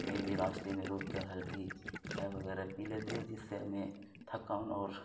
کہیں بھی راستے میں روک کر ہلکی چائے وغیرہ پی لیتے ہیں جس سے ہمیں تھکان اور